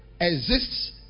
exists